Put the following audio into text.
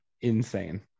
insane